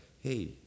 hey